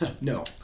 No